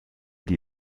die